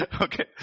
Okay